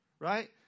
right